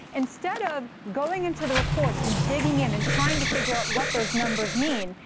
instead of going into the reports and digging in and trying to figure out what those numbers mean,